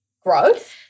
Growth